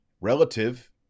Relative